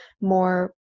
more